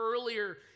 earlier